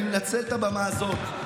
אני מנצל את הבמה הזאת,